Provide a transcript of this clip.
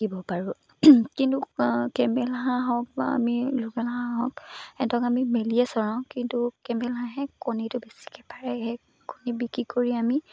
দিব পাৰোঁ কিন্তু কেম্বেল হাঁহ হওক বা আমি লোকেল হাঁহ হওক সিহঁতক আমি মেলিয়ে চৰাওঁ কিন্তু কেম্বেল হাঁহে কণীটো বেছিকৈ পাৰে সেই কণী বিক্ৰী কৰি আমি